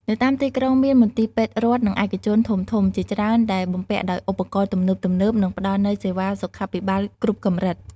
នៅតាមទីក្រុង មាន មន្ទីរពេទ្យរដ្ឋ និងឯកជនធំៗ ជាច្រើនដែលបំពាក់ដោយឧបករណ៍ទំនើបៗ និងផ្តល់នូវសេវាសុខាភិបាលគ្រប់កម្រិត។